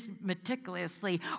meticulously